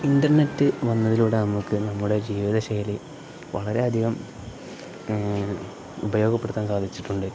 internet വന്നതിലൂടെ നമുക്ക് നമ്മുടെ ജീവിതശൈലി വളരെയധികം ഉപയോഗപ്പെടുത്താൻ സാധിച്ചിട്ടുണ്ട്